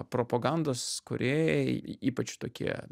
propagandos kūrėjai ypač tokie